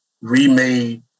remade